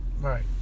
right